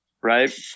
right